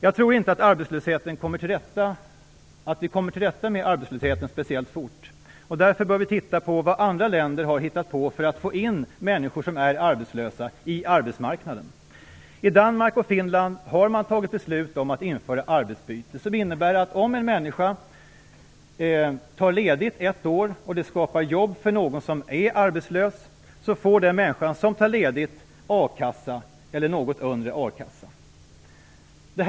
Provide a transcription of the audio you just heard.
Jag tror inte att vi kommer till rätta med arbetslösheten speciellt fort. Därför bör vi titta på vad andra länder har hittat på för att få in människor som är arbetslösa på arbetsmarknaden. I Danmark och Finland har man fattat beslut om att införa arbetsbyte. Det innebär att om en människa tar ledigt ett år, och det skapar jobb för någon som är arbetslös, får den människan som tar ledigt a-kassa eller något under akasseersättning.